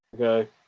Okay